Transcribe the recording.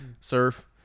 surf